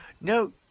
No